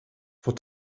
vor